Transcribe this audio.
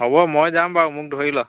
হ'ব মই যাম বাৰু মোক ধৰি ল